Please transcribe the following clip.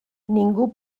ningú